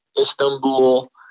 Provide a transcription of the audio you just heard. Istanbul